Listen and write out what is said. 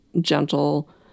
gentle